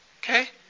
Okay